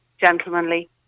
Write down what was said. gentlemanly